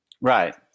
right